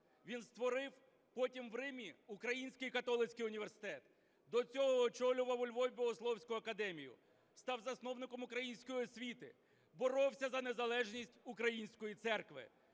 Він створив потім у Римі Український католицький університет. До цього очолював у Львові Богословську академію. Став засновником української освіти. Боровся за незалежність Української Церкви.